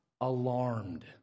alarmed